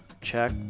Check